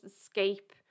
escape